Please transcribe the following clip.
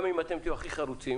גם אם תהיו הכי חרוצים